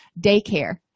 daycare